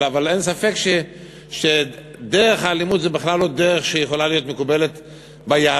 אבל אין ספק שדרך האלימות זו בכלל לא דרך שיכולה להיות מקובלת ביהדות.